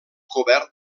cobert